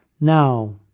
Now